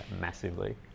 massively